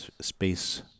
Space